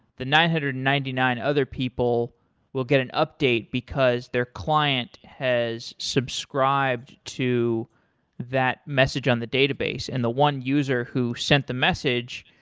the nine hundred and ninety nine other people will get an update because their client has subscribed to that message on the database and the one user who sent the message,